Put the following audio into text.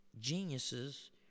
geniuses